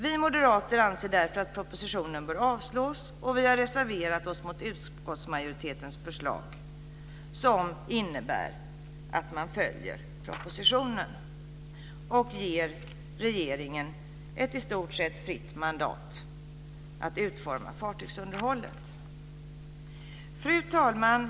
Vi moderater anser därför att propositionen bör avslås, och vi har reserverat oss mot utskottsmajoritetens förslag som innebär att man följer propositionen och ger regeringen ett i stort sett fritt mandat att utforma fartygsunderhållet. Fru talman!